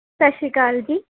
ਸਤਿ ਸ਼੍ਰੀ ਅਕਾਲ ਜੀ